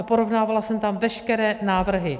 Porovnávala jsem tam veškeré návrhy.